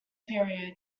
period